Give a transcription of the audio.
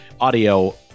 audio